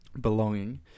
belonging